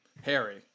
Harry